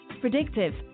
Predictive